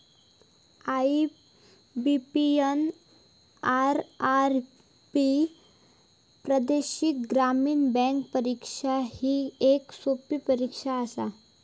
IBPS, RRB प्रादेशिक ग्रामीण bank परीक्षा ही येक सोपी परीक्षा आसा